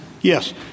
Yes